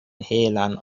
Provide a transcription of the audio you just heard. helan